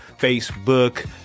facebook